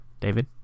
David